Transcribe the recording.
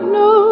no